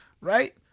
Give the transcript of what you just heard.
right